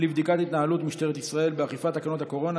לבדיקת התנהלות משטרת ישראל באכיפת תקנות הקורונה,